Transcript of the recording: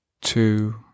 Two